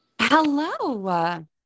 Hello